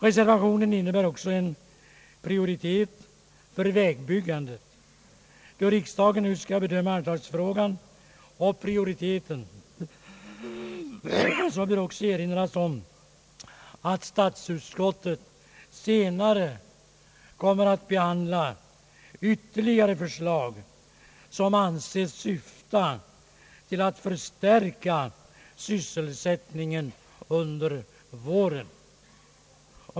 Reservationen innebär också en prioritering av vägbyggandet. Då riksdagen nu skall bedöma anslagsfrågan och prioriteringen, bör det också erinras om att statsutskottet senare i vår skall behandla ytterligare förslag som syftar till att förbättra sysselsättningen under våren.